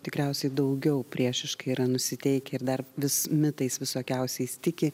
tikriausiai daugiau priešiškai yra nusiteikę ir dar vis mitais visokiausiais tiki